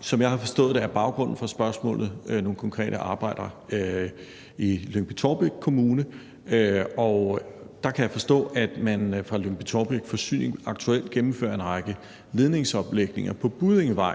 Som jeg har forstået det, er baggrunden for spørgsmålet nogle konkrete arbejder i Lyngby-Taarbæk Kommune. Der kan jeg forstå, at Lyngby-Taarbæk Forsyning aktuelt gennemfører en række ledningsomlægninger på Buddingevej.